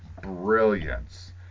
brilliance